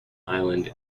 island